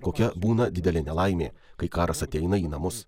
kokia būna didelė nelaimė kai karas ateina į namus